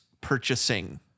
purchasing